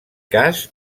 cas